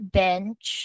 bench